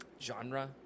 genre